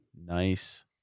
nice